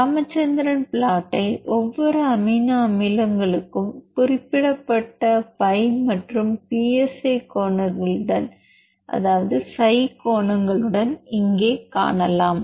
ராமச்சந்திரன் ப்ளாட்டை ஒவ்வொரு அமினோ அமிலங்களுக்கும் குறிப்பிடப்பட்ட பை மற்றும் பிஎஸ்ஐ கோணங்களுடன் இங்கே காணலாம்